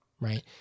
Right